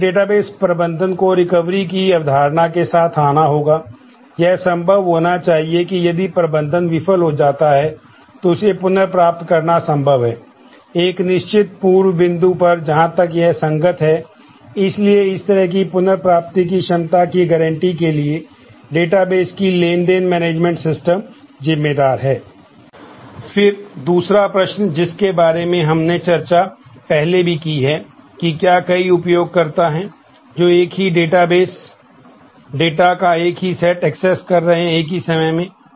तो एक database access कर रहे हैं एक ही समय में